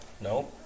No